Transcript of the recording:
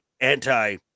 Anti